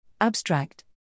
Abstract